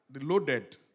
loaded